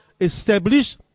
establish